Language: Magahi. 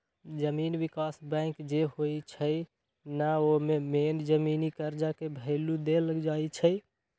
जमीन विकास बैंक जे होई छई न ओमे मेन जमीनी कर्जा के भैलु देल जाई छई